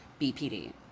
BPD